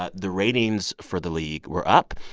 ah the ratings for the league were up.